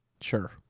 Sure